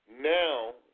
now